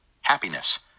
Happiness